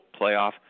playoff